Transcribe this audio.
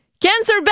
Cancer